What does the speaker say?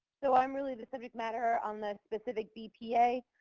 so i'm really the subject matter on the specific bpa.